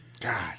God